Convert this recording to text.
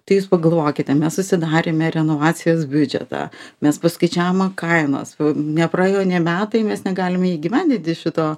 tai jūs pagalvokite mes susidarėme renovacijos biudžetą mes paskaičiavome kainas nepraėjo nė metai mes negalime įgyvendinti šito